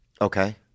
Okay